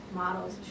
models